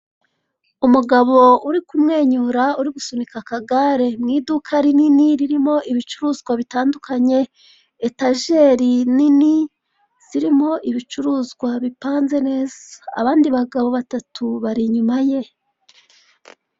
Umugabo urikumwenyura urigusunika akagare mu iduka rinini ririmo ibicuruzwa bitandukanye etajeri nini zirimo ibicuruzwa bipanze neza abandi bagabo batatu bari inyuma ye.